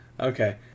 Okay